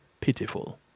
pitiful